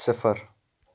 صِفر